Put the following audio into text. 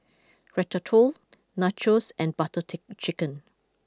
Ratatouille Nachos and Butter tick Chicken